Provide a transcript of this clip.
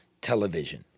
television